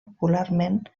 popularment